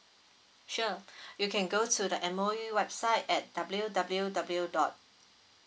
sure you can go to the M_O_E website at W_W_W dot